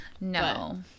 No